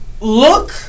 look